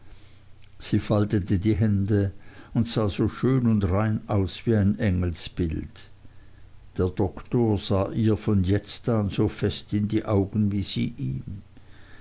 sie faltete die hände und sah so schön und rein aus wie ein engelsbild der doktor sah ihr von jetzt an so fest in die augen wie sie ihm